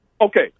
Okay